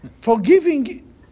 Forgiving